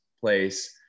place